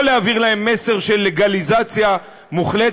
לא להעביר להם מסר של לגליזציה מוחלטת.